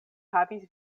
havis